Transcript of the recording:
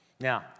Now